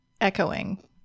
echoing